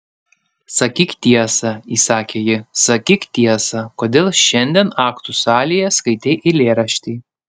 sakyk tiesą įsakė ji sakyk tiesą kodėl šiandien aktų salėje skaitei eilėraštį